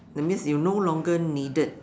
that means you no longer needed